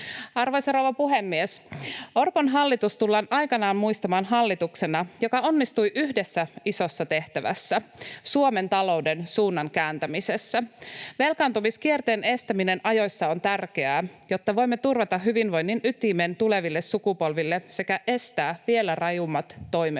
Arvoisa rouva puhemies! Orpon hallitus tullaan aikanaan muistamaan hallituksena, joka onnistui yhdessä isossa tehtävässä, Suomen talouden suunnan kääntämisessä. Velkaantumiskierteen estäminen ajoissa on tärkeää, jotta voimme turvata hyvinvoinnin ytimen tuleville sukupolville sekä estää vielä rajummat toimet